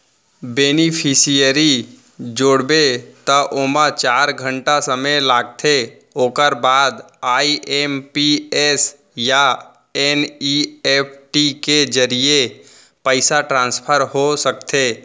beneficiary जोड़बे त ओमा चार घंटा समे लागथे ओकर बाद आइ.एम.पी.एस या एन.इ.एफ.टी के जरिए पइसा ट्रांसफर हो सकथे